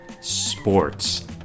Sports